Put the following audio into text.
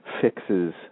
fixes